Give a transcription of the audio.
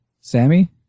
Sammy